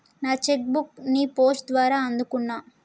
నా cheque book ని post ద్వారా అందుకున్నా